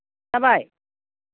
जाबाय